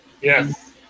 yes